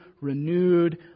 renewed